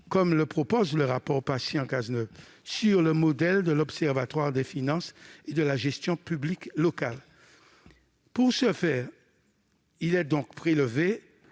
comme le propose le rapport Patient-Cazeneuve, sur le modèle de l'Observatoire des finances et de la gestion publique locales l'OFGL. Pour ce faire, il est donc proposé